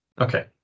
Okay